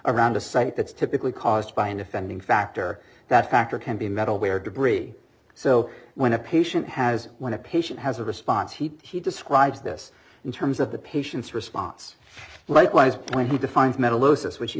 around a site that's typically caused by an offending factor that factor can be metal where debris so when a patient has when a patient has a response he describes this in terms of the patient's response likewise when he defines metal osis which he